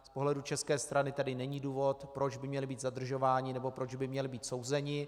Z pohledu české strany tedy není důvod, proč by měli být zadržováni nebo proč by měli být souzeni.